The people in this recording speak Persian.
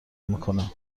میکنه